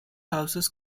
houses